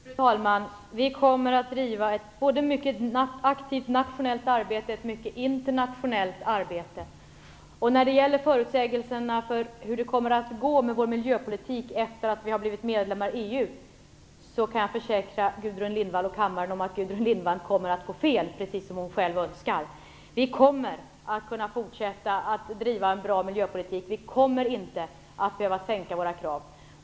Fru talman! Vi kommer att driva ett mycket aktivt nationellt och internationellt arbete. När det gäller förutsägelserna om hur det kommer att gå med vår miljöpolitik efter det att vi har blivit medlemmar i EU, kan jag försäkra Gudrun Lindvall och kammaren om att Gudrun Lindvall kommer att få fel - precis som hon själv önskar. Vi kommer att kunna fortsätta att driva en bra miljöpolitik. Vi kommer inte att behöva sänka våra krav.